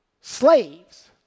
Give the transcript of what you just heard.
slaves